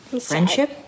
Friendship